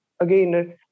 Again